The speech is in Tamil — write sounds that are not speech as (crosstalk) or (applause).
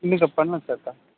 இல்லை சார் பண்ணலாம் சார் (unintelligible)